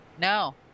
No